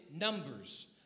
numbers